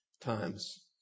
times